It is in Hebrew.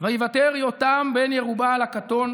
ויִּוָּתר יותם בן ירבעל הקטֹן